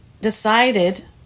decided